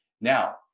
Now